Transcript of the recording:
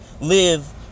live